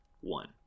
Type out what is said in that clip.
one